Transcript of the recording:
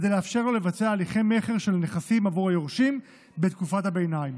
כדי לאפשר לו לבצע הליכי מכר של הנכסים עבור היורשים בתקופת הביניים.